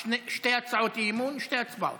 שתי הצעות אי-אמון, שתי הצבעות.